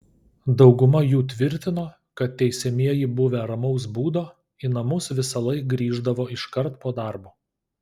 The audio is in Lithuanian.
dauguma jų tvirtino kad teisiamieji buvę ramaus būdo į namus visąlaik grįždavo iškart po darbo